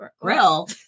grill